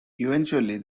eventually